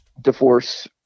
divorce